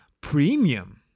premium